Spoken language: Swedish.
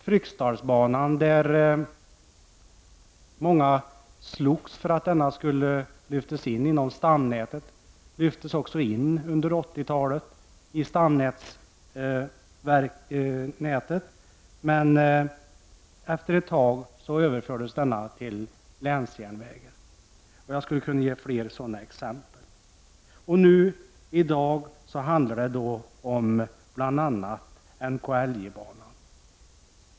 Fryksdalsbanan slogs många för att få in i stomnätet, och den överfördes också dit under 80-talet. Men efter ett tag överfördes denna till länsjärnvägen. Jag skulle kunna ge fler sådana exempel. Nu i dag handlar det bl.a. om NKIJ-banan.